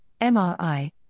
MRI